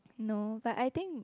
no but I think